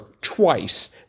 twice